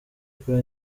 kuri